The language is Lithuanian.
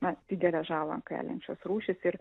na didelę žalą keliančios rūšys ir